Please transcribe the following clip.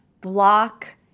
block